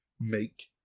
Make